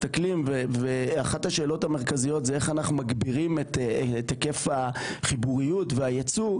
אחת השאלות המרכזיות זה איך אנחנו מגבירים את היקף החיבוריות והייצור,